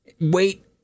Wait